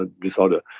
disorder